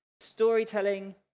storytelling